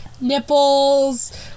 nipples